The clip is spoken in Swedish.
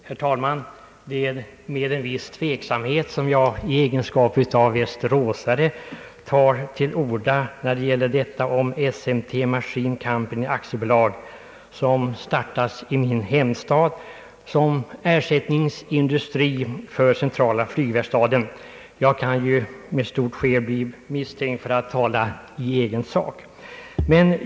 Som västeråsare är det med en viss tveksamhet jag tar till orda i detta ärende om SMT Machine Company AB, som startats i min hemstad såsom ersättningsindustri för CVV — jag skulle ju med skäl kunna bli misstänkt för att tala i egen sak.